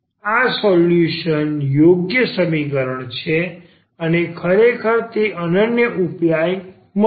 આ સોલ્યુશન વા યોગ્ય સમીકરણ છે અને ખરેખર તે અનન્ય ઉપાય મળશે